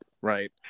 Right